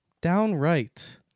downright